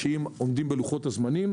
אם עומדים בלוחות הזמנים,